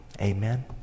Amen